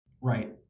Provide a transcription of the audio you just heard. Right